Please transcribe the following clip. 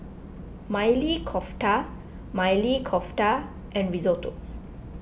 Maili Kofta Maili Kofta and Risotto